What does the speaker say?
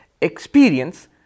experience